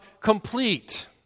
complete